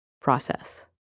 process